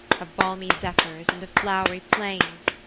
of balmy zephyrs, and of flow'ry plains,